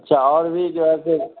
अच्छा और भी जो है फ़िर